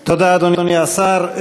תודה, אדוני השר.